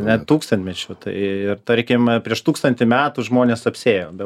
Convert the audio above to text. ne tūkstantmečių tai ir tarkim prieš tūkstantį metų žmonės apsiėjo be